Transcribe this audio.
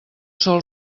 sol